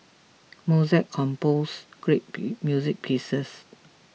Mozart compose great music pieces